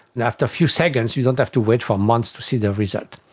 and after a few seconds you don't have to wait four months to see the result.